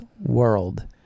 world